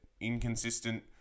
inconsistent